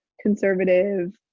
conservative